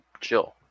chill